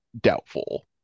doubtful